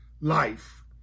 life